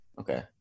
okay